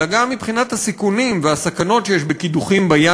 אלא גם מבחינת הסיכונים והסכנות שיש בקידוחים בים.